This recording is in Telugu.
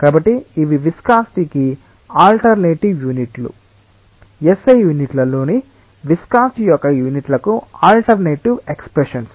కాబట్టి ఇవి విస్కాసిటి కి ఆల్టర్నేటివ్ యూనిట్లు SI యూనిట్లలోని విస్కాసిటి యొక్క యూనిట్లకు ఆల్టర్నేటివ్ ఎక్స్ప్రెషన్స్